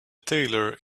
tailor